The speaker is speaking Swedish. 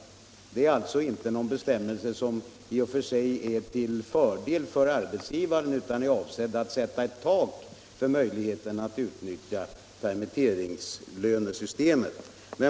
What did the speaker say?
Det är alltså inte någon bestämmelse som är till fördel för arbetsgivaren, utan den är avsedd att sätta ett tak för möjligheterna att utnyttja permitteringslönesystemet.